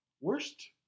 worst